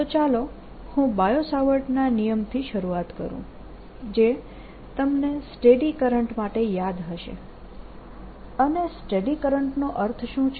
તેથી ચાલો હું બાયો સાવર્ટના નિયમથી શરૂઆત કરું જે તમને સ્ટેડી કરંટ માટે યાદ હશે અને સ્ટેડી કરંટનો અર્થ શું છે